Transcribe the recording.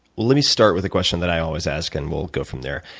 let me start with a question that i always ask and we'll go from there.